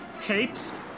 capes